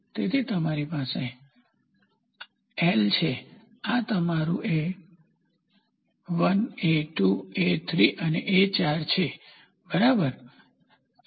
તેથી તમારી પાસે આ તમારી L છે આ તમારું એ 1 એ 2 એ 3 અને એ 4 છે બરાબર